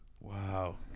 Wow